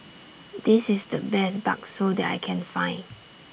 This IS The Best Bakso that I Can Find